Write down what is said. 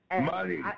Money